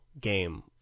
game